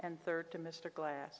and third to mr glass